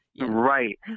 Right